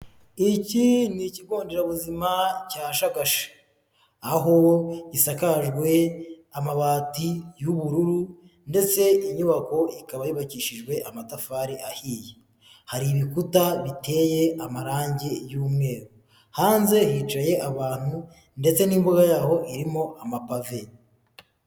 Iki ni ikigo nderabuzima cya shagasha, aho gisakajwe amabati y'ubururu ndetse inyubako ikaba yubakishijwe amatafari ahiye, hari ibikuta biteye amarangi y'umweru hanze yicaye abantu ndetse n'imboga ya irimo amapave.